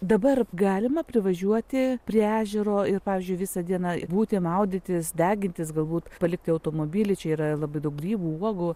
dabar galima privažiuoti prie ežero ir pavyzdžiui visą dieną būti maudytis degintis galbūt palikti automobilį čia yra labai daug grybų uogų